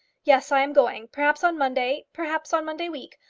yes, i am going perhaps on monday perhaps on monday week.